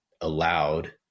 allowed